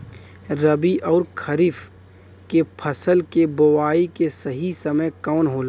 रबी अउर खरीफ के फसल के बोआई के सही समय कवन होला?